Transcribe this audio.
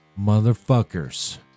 motherfuckers